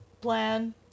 plan